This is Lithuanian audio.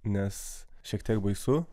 nes šiek tiek baisu